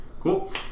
cool